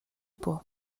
por